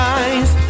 eyes